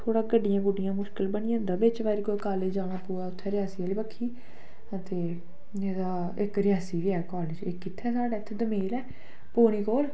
थोह्ड़ा गड्डिये गुड्डियें दा मुश्कल बनी जंदा बिच बारी कोई कालेज जाना पवै उत्थै रियासी आह्ली बक्खी ते नेईं तां निं ता इक रियासी बी ऐ कालेज इक इत्थै दोमेल ऐ पौनी कोल